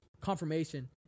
confirmation